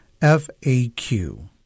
FAQ